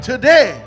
Today